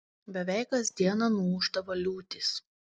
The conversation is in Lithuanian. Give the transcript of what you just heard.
beveik kas dieną nuūždavo liūtys